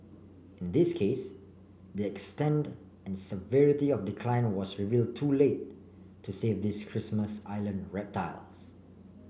in this case the extent and severity of decline was reveal too late to save these Christmas Island reptiles